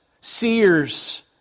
seers